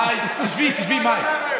מאי, תשבי, תשבי, מאי.